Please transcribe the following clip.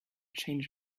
change